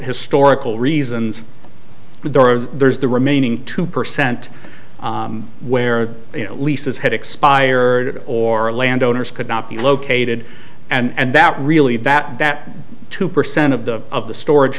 historical reasons there's the remaining two percent where you know leases had expired or a land owners could not be located and that really that that two percent of the of the storage